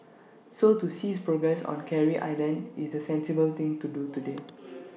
so to cease progress on Carey island is the sensible thing to do today